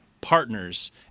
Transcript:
partners